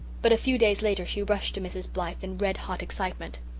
but a few days later she rushed to mrs. blythe in red-hot excitement.